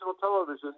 television